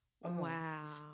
Wow